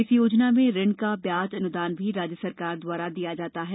इस योजना में ऋण का ब्याज अन्दान भी राज्य शासन द्वारा दिया जाता है